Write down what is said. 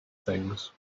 things